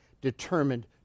determined